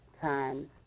times